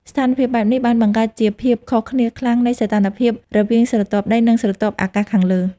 ស្ថានភាពបែបនេះបានបង្កើតជាភាពខុសគ្នាខ្លាំងនៃសីតុណ្ហភាពរវាងស្រទាប់ដី និងស្រទាប់អាកាសខាងលើ។